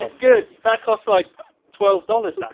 is good! that costs like twelve dollars, that